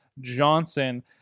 johnson